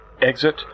exit